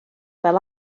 fel